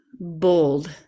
bold